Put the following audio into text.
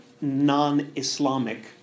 non-Islamic